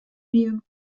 you